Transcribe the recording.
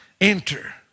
enter